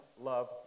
love